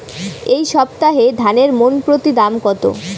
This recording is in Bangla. এই সপ্তাহে ধানের মন প্রতি দাম কত?